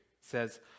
says